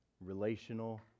relational